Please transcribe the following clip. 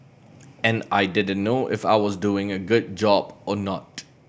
and I didn't know if I was doing a good job or not